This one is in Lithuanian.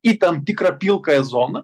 į tam tikrą pilkąją zoną